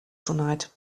tonight